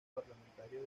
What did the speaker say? parlamentarios